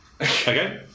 Okay